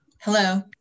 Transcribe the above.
Hello